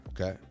Okay